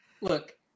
look